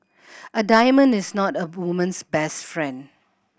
a diamond is not a woman's best friend